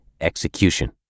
execution